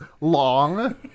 long